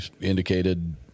indicated